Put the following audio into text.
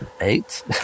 Eight